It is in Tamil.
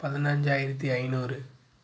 பதினைஞ்சாயிரத்தி ஐநூறு